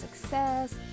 success